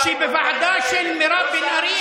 בוועדה של מירב בן ארי,